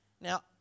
Now